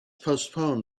postpone